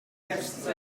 text